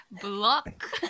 Block